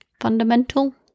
fundamental